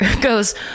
goes